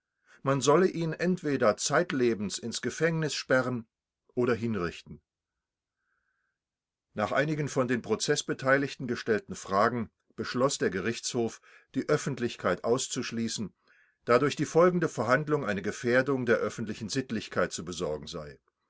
man solle ihn entweder zeitlebens ins gefängnis sperren oder hinrichten nach einigen von den prozeßbeteiligten gestellten fragen beschloß der gerichtshof die öffentlichkeit auszuschließen da durch die folgende verhandlung eine gefährdung der öffentlichen sittlichkeit zu besorgen sei